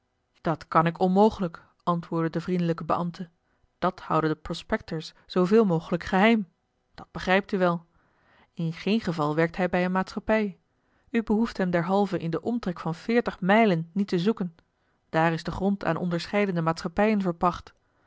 dat kan ik onmogelijk antwoordde de vriendelijke beambte dat houden de prospectors zooveel mogelijk geheim dat begrijpt u wel in geen geval werkt hij bij eene maatschappij u behoeft hem derhalve in den omtrek van veertig mijlen niet te zoeken daar is de grond aan onderscheidene maatschappijen verpacht